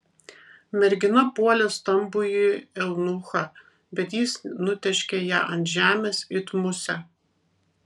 mergina puolė stambųjį eunuchą bet jis nutėškė ją ant žemės it musę